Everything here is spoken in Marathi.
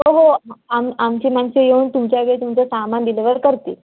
हो हो आम आमची माणसं येऊन तुमच्या घरी तुमचं सामान डिलिवर करतील